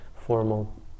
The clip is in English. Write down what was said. formal